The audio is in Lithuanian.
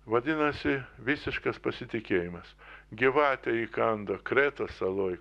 vadinasi visiškas pasitikėjimas gyvatė įkanda kretos saloj